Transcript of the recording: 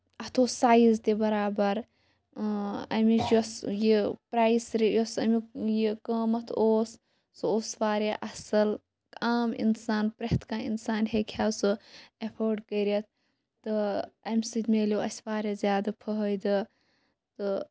اَتھ اوس سایِز تہِ بَرابر اَمِچ یۄس یہِ پرایِس یۄس اَمیُک یہِ قۭمَتھ اوس سُہ اوس واریاہ اَصٕل عام اِنسان پرٮ۪تھ کانہہ اِنسان ہیٚکہِ ہا سُہ ایفٲڑ کٔرِتھ تہٕ اَمہِ سۭتۍ میلیو اَسہِ واریاہ زیادٕ فٲیدٕ تہٕ